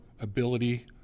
ability